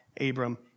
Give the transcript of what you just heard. Abram